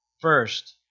first